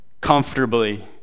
comfortably